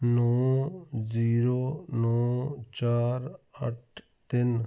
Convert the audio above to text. ਨੌ ਜੀਰੋ ਨੌ ਚਾਰ ਅੱਠ ਤਿੰਨ